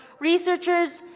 researchers,